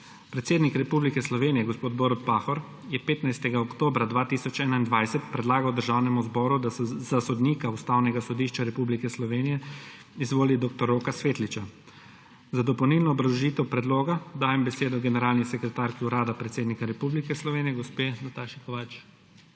Predsednik Republike Slovenije gospod Borut Pahor je 15. oktobra 2021 predlagal Državnemu zboru, da se za sodnika Ustavnega sodišča Republike Slovenije izvoli dr. Rok Svetlič. Za dopolnilno obrazložitev predloga dajem besedo generalni sekretarki Urada predsednika Republike Slovenije gospe Nataši Kovač.